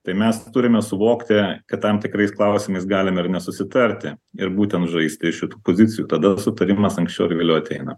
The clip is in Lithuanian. tai mes turime suvokti kad tam tikrais klausimais galime ir nesusitarti ir būtent žaisti iš šitų pozicijų tada sutarimas anksčiau ar vėliau ateina